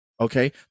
okay